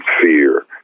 fear